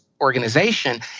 organization